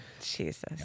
jesus